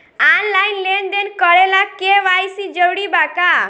Online लेन देन करे ला के.वाइ.सी जरूरी बा का?